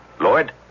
Lord